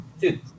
Dude